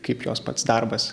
kaip jos pats darbas